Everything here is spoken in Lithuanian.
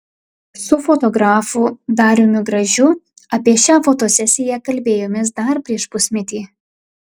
su fotografu dariumi gražiu apie šią fotosesiją kalbėjomės dar prieš pusmetį